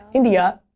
india,